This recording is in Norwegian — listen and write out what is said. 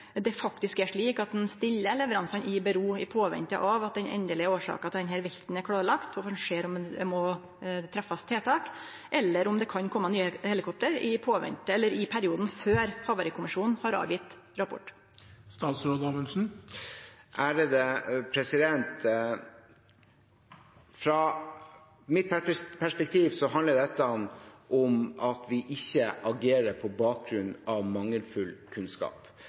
det faktisk er slik at ein ventar med leveransane til den endelege årsaka til denne velten er klarlagd og ein ser om det må setjast i verk tiltak, eller om det kan kome nye helikopter i perioden før havarikommisjonen har levert rapporten. Fra mitt perspektiv handler dette om at vi ikke agerer på bakgrunn av mangelfull kunnskap.